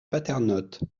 paternotte